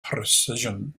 precision